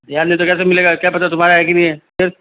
ध्यान नहीं है तो कैसे मिलेगा क्या पता तुम्हारा है कि नहीं है फिर